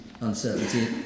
uncertainty